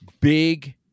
big